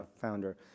founder